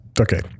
Okay